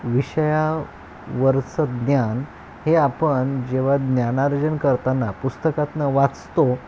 विषयावरचं ज्ञान हे आपण जेव्हा ज्ञानार्जन करताना पुस्तकातनं वाचतो